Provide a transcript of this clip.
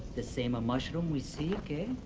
the same ah mushroom we seek, ah.